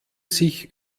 sich